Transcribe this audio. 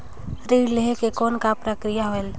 ऋण लहे के कौन का प्रक्रिया होयल?